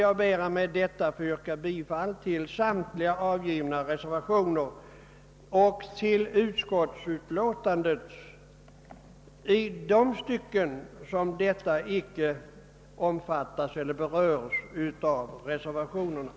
Jag ber med det anförda att få yrka bifall till samtliga vid förevarande utlåtande fogade reservationer. I de avsnitt, som icke berörs av reservationer, ber jag att få yrka bifall till utskottets hemställan.